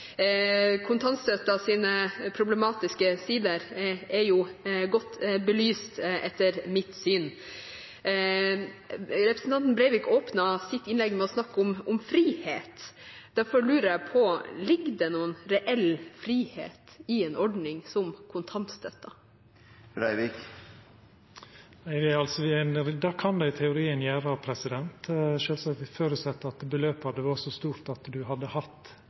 problematiske sider er godt belyst etter mitt syn. Representanten Breivik åpnet sitt innlegg med å snakke om frihet. Derfor lurer jeg på: Ligger det noen reell frihet i en ordning som kontantstøtte? Det kan det i teorien gjera. Det føreset sjølvsagt at beløpet hadde vore så stort at ein hadde hatt